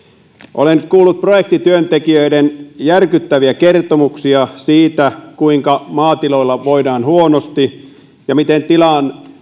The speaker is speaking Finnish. olen kuullut projektityöntekijöiden järkyttäviä kertomuksia siitä kuinka maatiloilla voidaan huonosti ja miten tilan